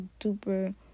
duper